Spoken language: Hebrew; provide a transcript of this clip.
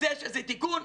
אז יש איזה תיקון.